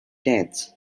deaths